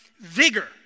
vigor